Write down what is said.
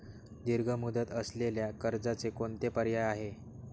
दीर्घ मुदत असलेल्या कर्जाचे कोणते पर्याय आहे?